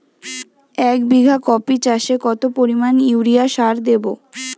এক বিঘা কপি চাষে কত পরিমাণ ইউরিয়া সার দেবো?